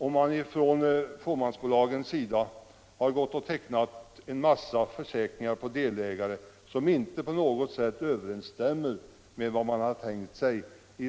Om fåmansbolagen har tecknat en mängd försäkringar som inte överensstämmer med vad man tänkt sig i